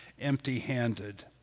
empty-handed